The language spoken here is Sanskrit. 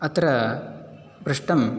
अत्र पृष्टं